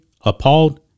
appalled